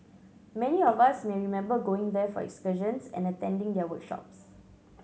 many of us may remember going there for excursions and attending their workshops